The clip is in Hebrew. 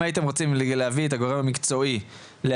אם הייתם רוצים להביא את הגורם המקצועי להביע